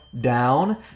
down